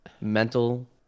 mental